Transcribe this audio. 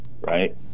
right